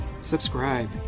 subscribe